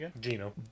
Gino